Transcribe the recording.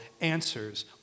answers